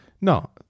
no